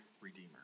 redeemer